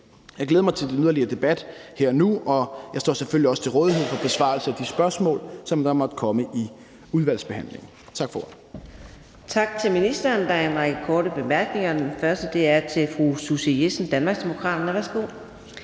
Jeg glæder mig til den yderligere debat her og nu, og jeg står selvfølgelig også til rådighed for besvarelse af de spørgsmål, der måtte komme i udvalgsbehandlingen. Tak for ordet. Kl. 19:35 Fjerde næstformand (Karina Adsbøl): Tak til ministeren. Der er en række korte bemærkninger, og den første er til fru Susie Jessen, Danmarksdemokraterne. Værsgo.